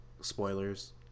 spoilers